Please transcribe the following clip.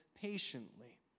patiently